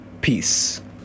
Peace